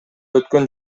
өткөн